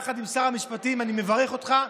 יחד עם שר המשפטים אני מברך אותך,